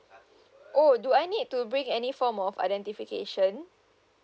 okay do I need to bring any form of identification